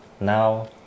now